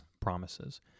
promises